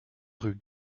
rue